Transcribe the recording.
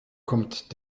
kommt